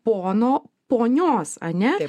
pono ponios ane